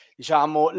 diciamo